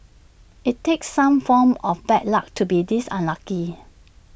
IT takes some form of bad luck to be this unlucky